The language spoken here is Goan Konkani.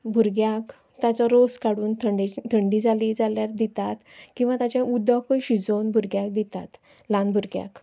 भुरग्याक तेजो रोस काडून थंडी जाली जाल्यार दितात किंवा तेजें उदकूय शिजोन भुरग्याक दितात ल्हान भुरग्याक